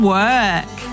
work